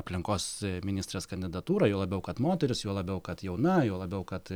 aplinkos ministrės kandidatūrą juo labiau kad moteris juo labiau kad jauna juo labiau kad